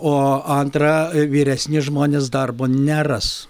o antra vyresni žmonės darbo neras